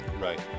Right